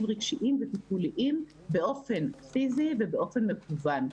רגשיים וטיפוליים באופן פיזי ובאופן מקוון.